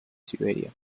siberia